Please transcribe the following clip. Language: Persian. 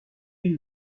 این